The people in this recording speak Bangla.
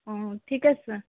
ও ঠিক আছে